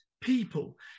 people